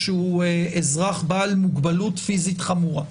שהוא אזרח בעל מוגבלות פיזית חמורה,